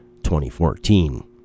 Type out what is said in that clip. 2014